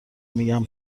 میگن